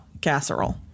Casserole